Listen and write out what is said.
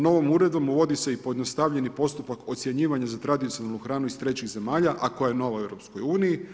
Novom uredbom uvodi se i pojednostavljeni postupak ocjenjivanja za tradicionalnu hranu iz trećih zemalja a koja je nova u EU-u.